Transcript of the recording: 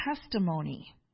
testimony